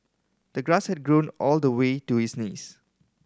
the grass had grown all the way to his knees